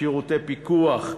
שירותי פיקוח,